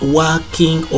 working